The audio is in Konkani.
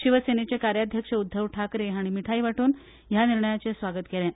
शिवसेनेचे कार्याध्यक्ष उद्धव ठाकरे हांणी मिठाई वाटून ह्या निर्णयाचे स्वागत केलें